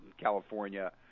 California